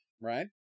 right